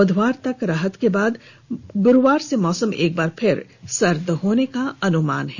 बुधवार तक राहत के बाद गुरुवार से मौसम एक बार फिर सर्द होने का अनुमान है